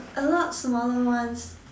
a lot smaller ones